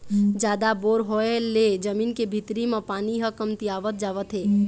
जादा बोर होय ले जमीन के भीतरी म पानी ह कमतियावत जावत हे